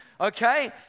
okay